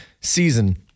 season